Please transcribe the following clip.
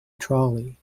trolley